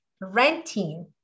renting